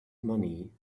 money